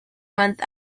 month